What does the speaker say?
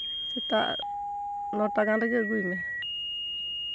ᱥᱮᱛᱟᱜ ᱱᱚᱴᱟ ᱜᱟᱱ ᱨᱮᱜᱮ ᱟᱹᱜᱩᱭ ᱢᱮ